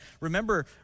Remember